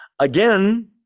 Again